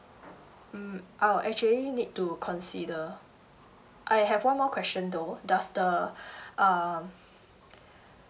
mm I'll actually need to consider I have one more question though does the um